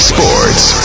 Sports